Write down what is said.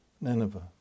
Nineveh